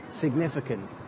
significant